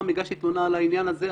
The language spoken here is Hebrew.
הגשתי תלונה על העניין הזה,